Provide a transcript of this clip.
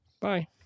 Bye